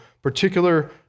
particular